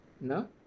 No